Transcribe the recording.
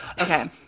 Okay